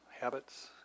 habits